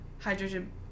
Hydrogen